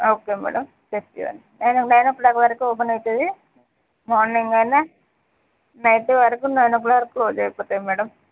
okay madam తెచ్చివ్వండి madam nine o'clock వరకు open అవుతుంది మార్నింగ్ అయినా నైట్ వరకు నైన్ ఓ క్లాక్ క్లోస్ అయిపోతుంది మేడం